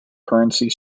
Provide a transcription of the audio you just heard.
currency